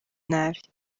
nabi